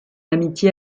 amitié